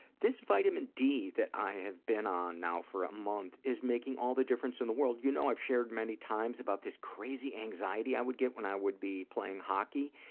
this vitamin d that i have been on now for a month is making all the difference in the world. you know i've shared many times about this crazy anxiety i would get when i would be playing hockey.